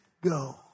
go